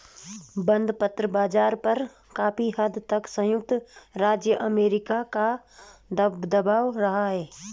बंधपत्र बाज़ार पर काफी हद तक संयुक्त राज्य अमेरिका का दबदबा रहा है